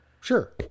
sure